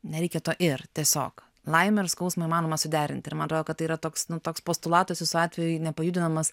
nereikia to ir tiesiog laimę ir skausmą įmanoma suderinti ir man atrodo kad tai yra toks nu toks postulatas jūsų atveju nepajudinamas